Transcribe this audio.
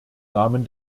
namen